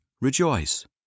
rejoice